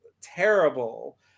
terrible